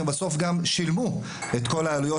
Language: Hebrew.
הם בסוף גם שילמו את כל העלויות,